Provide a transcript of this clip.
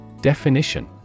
Definition